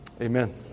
amen